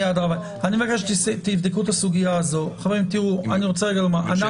אם יורשה